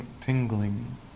tingling